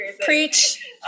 Preach